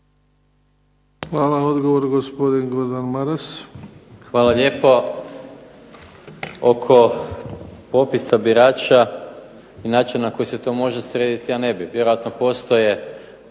Maras. **Maras, Gordan (SDP)** Hvala lijepo. Oko popisa birača i načina na koji se to može srediti, a ne bi, vjerojatno postoje